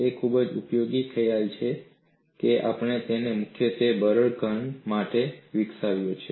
તે ખૂબ જ ઉપયોગી ખ્યાલ છે કે આપણે તેને મુખ્યત્વે બરડ ઘન માટે વિકસાવ્યો છે